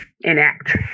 enact